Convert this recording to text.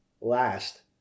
last